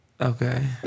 Okay